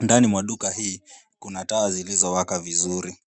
Ndani mwa duka hii kuna taa zilizowaka vizuri.